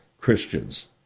Christians